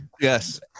Yes